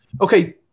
okay